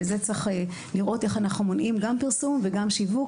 וצריך לראות איך אנחנו מונעים גם פרסום וגם שיווק